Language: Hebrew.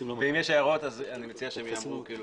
אם יש הערות, אני מציע שתעירו.